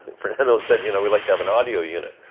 fernando said you know we'd like to have an audio unit.